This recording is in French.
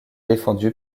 défendue